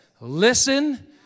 Listen